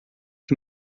que